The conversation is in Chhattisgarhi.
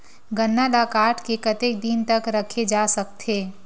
गन्ना ल काट के कतेक दिन तक रखे जा सकथे?